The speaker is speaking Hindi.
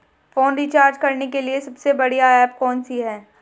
फोन रिचार्ज करने के लिए सबसे बढ़िया ऐप कौन सी है?